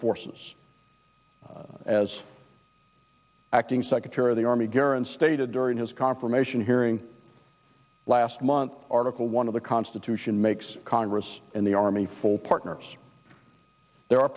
forces as acting secretary of the army gerund stated during his confirmation hearing last month article one of the constitution makes congress and the army full partners there